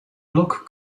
block